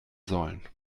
sollen